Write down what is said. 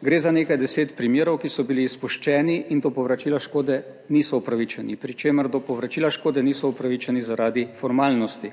Gre za nekaj deset primerov, ki so bili izpuščeni in do povračila škode niso upravičeni, pri čemer do povračila škode niso upravičeni, zaradi formalnosti.